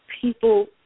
people